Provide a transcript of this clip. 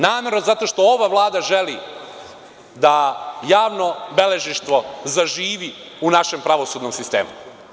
Namerno zato što ova Vlada želi da javnobeležništvo zaživi u našem pravosudnom sistemu.